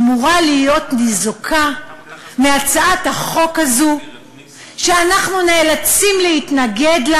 אמורה להיות ניזוקה מהצעת החוק הזו שאנחנו נאלצים להתנגד לה